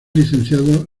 licenciado